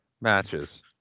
matches